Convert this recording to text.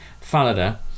Falada